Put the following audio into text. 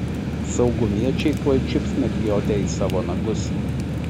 saugumiečiai tuoj čiups mergiotę į savo nagus